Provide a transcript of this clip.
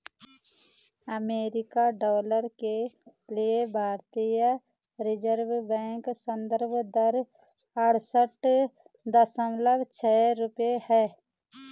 अमेरिकी डॉलर के लिए भारतीय रिज़र्व बैंक संदर्भ दर अड़सठ दशमलव छह रुपये है